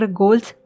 goals